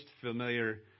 familiar